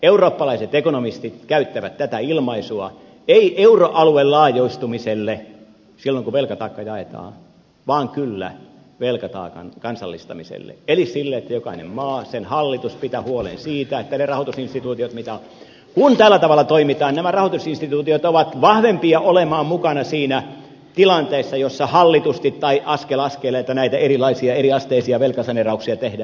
eurooppalaiset ekonomistit käyttävät tätä ilmaisua ei euroaluelaajentumiselle silloin kun velkataakka jaetaan vaan kyllä velkataakan kansallistamiselle eli sille että jokainen maa sen hallitus pitää huolen siitä että ne rahoitusinstituutiot mitä on kun tällä tavalla toimitaan ovat vahvempia olemaan mukana siinä tilanteessa jossa hallitusti tai askel askeleelta näitä erilaisia eriasteisia velkasaneerauksia tehdään